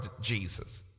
jesus